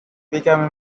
became